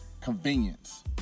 convenience